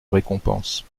récompense